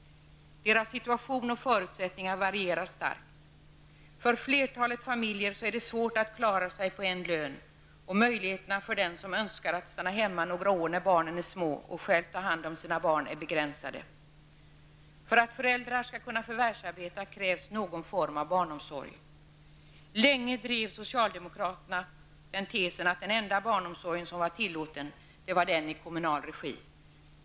Deras situation och förutsättningar varierar starkt. För flertalet familjer är det svårt att klara sig på en lön, och möjligheterna för den som önskar stanna hemma några år och själv ta hand om sina små barn är begränsade. För att föräldrar skall kunna förvärvsarbeta krävs någon form av barnomsorg. Länge drev socialdemokraterna tesen att den enda barnomsorg som var tillåten var den i kommunal regi.